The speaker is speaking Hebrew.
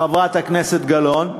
חברת הכנסת גלאון,